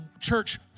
church